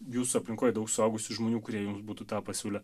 jūsų aplinkoj daug suaugusių žmonių kurie jums būtų tą pasiūlę